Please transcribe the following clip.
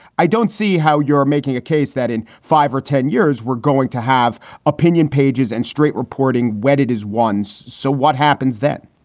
i don't see how you're making a case that in five or ten years we're going to have opinion pages and straight reporting, whether it is ones. so what happens then?